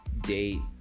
date